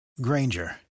Granger